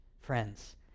friends